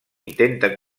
intenta